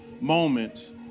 moment